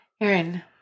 Aaron